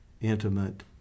intimate